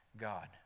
God